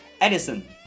Edison